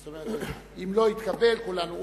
זאת אומרת, אם לא יתקבל, כולנו.